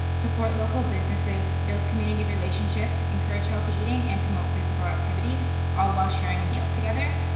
support local businesses, build community relationships, encourage healthy eating and promote physical activity all while sharing a meal together.